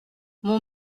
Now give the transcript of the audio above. mon